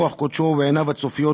ברוח קודשו ובעיניו הצופיות,